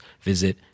visit